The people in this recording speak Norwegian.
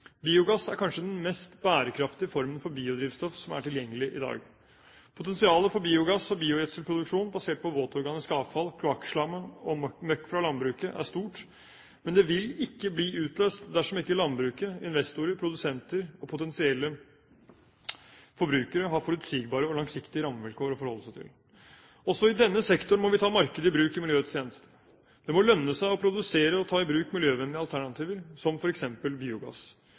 Biogass er kanskje den mest bærekraftige formen for biodrivstoff som er tilgjengelig i dag. Potensialet for biogass- og biogjødselproduksjon basert på våtorganisk avfall, kloakkslam og møkk fra landbruket er stort, men det vil ikke bli utløst dersom ikke landbruket, investorer, produsenter og potensielle forbrukere har forutsigbare og langsiktige rammevilkår å forholde seg til. Også i denne sektoren må vi ta markedet i bruk i miljøets tjeneste. Det må lønne seg å produsere og ta i bruk miljøvennlige alternativer som f.eks. biogass.